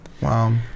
Wow